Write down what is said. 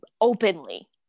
openly